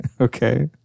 okay